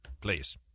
please